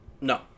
No